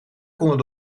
konden